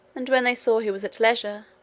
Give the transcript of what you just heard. and when they saw he was at leisure,